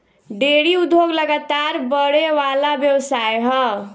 dairy उद्योग लगातार बड़ेवाला व्यवसाय ह